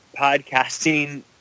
podcasting